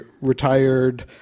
retired